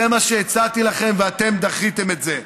זה מה שהצעתי לכם, ואתם דחיתם את זה,